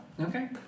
Okay